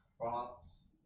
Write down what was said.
France